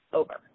over